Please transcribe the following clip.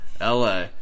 LA